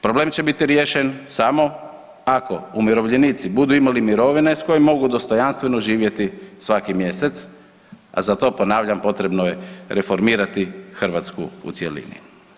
Problem će biti riješen samo ako umirovljenici budu imali mirovine s kojim mogu dostojanstveno živjeti svaki mjesec, a za to ponavljam, potrebno je reformirati Hrvatsku u cjelini.